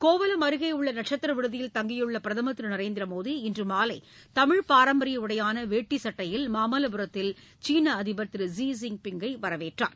கோவளம் அருகேஉள்ளநட்சத்திரவிடுதியில் தங்கியுள்ளபிரதமர் திருநரேந்திரமோடி இன்றுமாலைதமிழ் பாரம்பரியஉடையானவேட்டி சட்டையில் மாமல்லபுரத்தில் சீனஅதிபர் திரு ஸீ ஜின்பிங்கை வரவேற்றார்